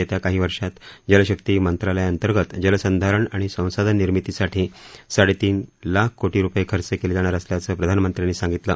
येत्या काही वर्षात जलशक्ती मंत्रालयाअंतर्गत जलसंधारण आणि संसाधन निर्मितीसाठी साडेतीन लाख कोटी रुपये खर्च केले जाणार असल्याचं प्रधानमंत्र्यांनी सांगितलं